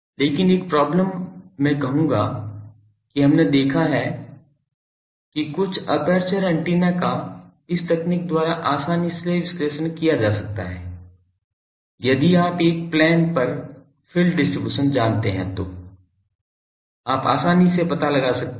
लेकिन एक प्रॉब्लम मैं कहूंगा कि हमने देखा है कि कुछ एपर्चर एंटेना का इस तकनीक द्वारा आसानी से विश्लेषण किया जा सकता है यदि आप एक प्लेन पर फील्ड डिस्ट्रीब्यूशन जानते हैं तो आप आसानी से इसका पता लगा सकते हैं